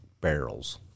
barrels